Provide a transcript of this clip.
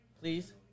Please